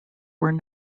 were